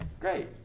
Great